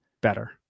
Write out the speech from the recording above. better